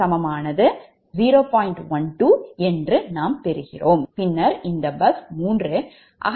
12 ஆகும் பின்னர் இந்த பஸ் 3 அகற்றப்படுகிறது